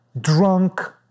drunk